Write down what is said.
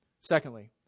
Secondly